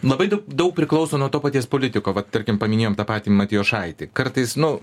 labai daug daug priklauso nuo to paties politiko va tarkim paminėjom tą patį matijošaitį kartais nu